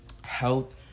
health